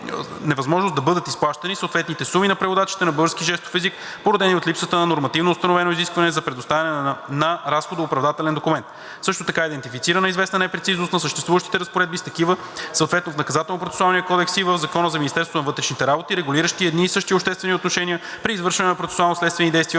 да бъдат изплащани съответните суми на преводачите на български жестов език, породени от липсата на нормативно установено изискване за предоставяне на разходооправдателен документ. Също така е идентифицирана известна непрецизност на съществуващите разпоредби с такива, съответно в Наказателно процесуалния кодекс и в Закона за Министерството на вътрешните работи, регулиращи едни и същи обществени отношения при извършване на процесуално-следствени действия